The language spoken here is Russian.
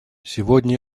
сегодня